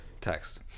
text